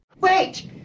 Wait